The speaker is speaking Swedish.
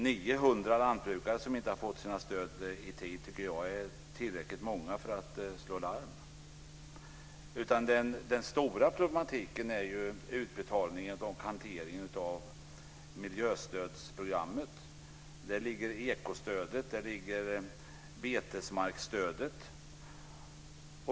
Jag tycker att 900 lantbrukare som inte har fått sina stöd i tid är tillräckligt många för att slå larm. Den stora problematiken är utbetalningen och hanteringen av miljöstödsprogrammet. Där ligger ekostödet och betesmarksstödet.